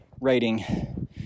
writing